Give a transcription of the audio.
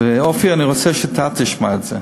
אופיר, אני רוצה שאתה תשמע את זה.